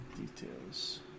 Details